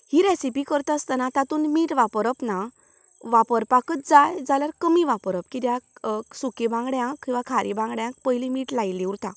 ही recipe करतासतना तातूंत मीठ वापरप ना वापरपाकच जाय जाल्यार कमी वापरप कित्याक सुकी बांगड्यांक किंवां खारे बांगड्यांक पयलीं मीठ लायिल्लें उरता